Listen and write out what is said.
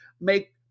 make